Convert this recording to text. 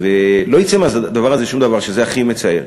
ולא יצא מהדבר הזה שום דבר, שזה הכי מצער,